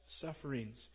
sufferings